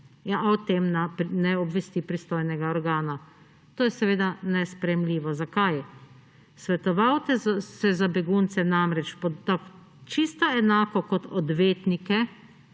in o tem ne obvesti pristojnega organa. To je seveda nesprejemljivo. Zakaj? Svetovalce za begunce namreč čisto enako kot odvetnike